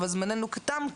אבל זמננו תם,